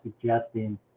suggesting